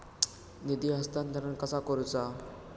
निधी हस्तांतरण कसा करुचा?